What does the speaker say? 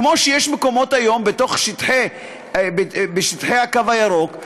כמו שיש היום מקומות בשטחי הקו הירוק,